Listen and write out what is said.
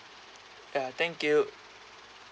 ya thank you